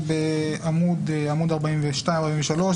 בעמוד 43-42,